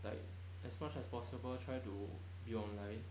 like as much as possible try to be online